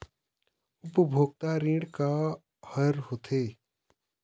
उपभोक्ता ऋण का का हर होथे?